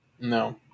No